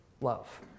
love